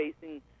facing